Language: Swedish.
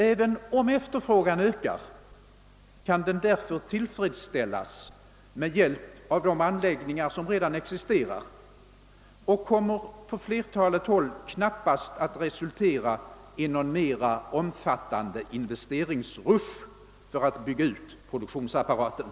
Även om efterfrågan ökar kan den därför tillgodoses med hjälp av de anläggningar som redan existerar och kommer på de flesta håll knappast att resultera i någon mer omfattande investeringsrusch för att bygga ut produktionsapparaten.